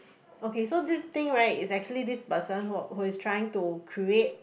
okay so this thing right is actually this person who who is trying to create